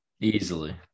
Easily